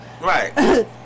Right